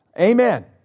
Amen